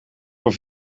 voor